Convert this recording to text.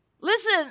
Listen